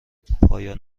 پایان